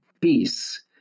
peace